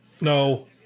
No